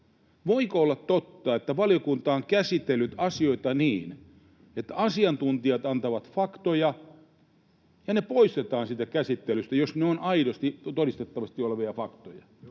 Voiko olla totta, että valiokunta on käsitellyt asioita niin, että asiantuntijat antavat faktoja ja ne poistetaan siitä käsittelystä, jos ne ovat aidosti ja todistettavasti olevia faktoja?